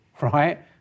right